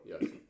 yes